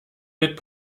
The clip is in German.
mit